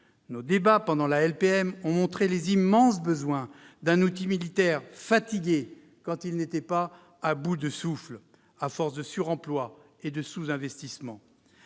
Nos débats pendant l'examen de la LPM ont montré les immenses besoins d'un outil militaire fatigué, quand il n'était pas à bout de souffle, à force de suremploi et de sous-investissement.